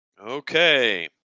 Okay